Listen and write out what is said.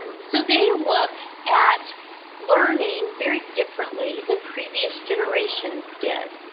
so, they look at learning very differently than previous generations did.